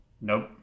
Nope